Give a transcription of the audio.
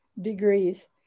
degrees